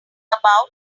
about